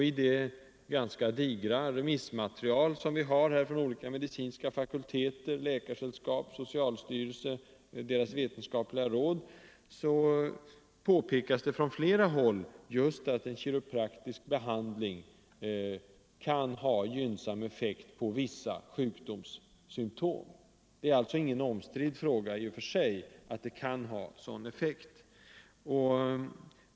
I det ganska digra remissmaterialet från de medicinska fakulteterna, Läkaresällskapet, socialstyrelsen och dess vetenskapliga råd påpekas det från flera håll att en kiropraktisk behandling kan ha gynnsam effekt i fråga om vissa sjukdomssymtom. Det är alltså ingen omstridd fråga i och för sig att den kan ha sådan effekt.